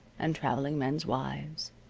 and traveling men's wives,